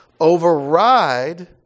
override